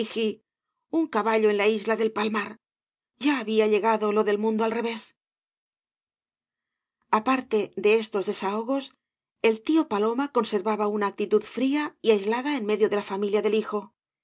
un caballo en la isla del palmar ya había llegado lo del mundo al revés aparte de estos desahogos el tío paloma conservaba una actitud fría y aislada en medio de la familia del hijo